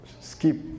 skip